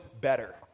better